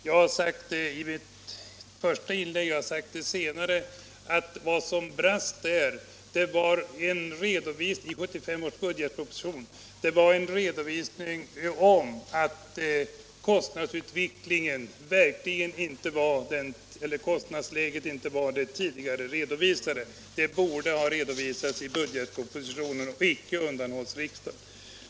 Både i mitt första inlägg och senare har jag sagt att vad som brast var en redovisning i 1975 års budgetproposition om att kostnadsläget inte var som det tidigare redovisats. Detta borde ha redovisats i budgetpropositionen och icke undanhållits.